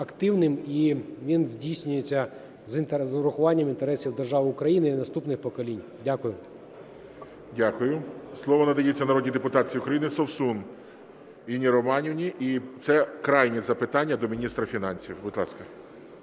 і він здійснюється з урахуванням інтересів держави Україна і наступних поколінь. Дякую. ГОЛОВУЮЧИЙ. Дякую. Слово надається народній депутатці України Совсун Інні Романівні. І це крайнє запитання до міністра фінансів. Будь ласка.